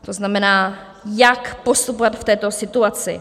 To znamená, jak postupovat v této situaci.